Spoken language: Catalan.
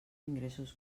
ingressos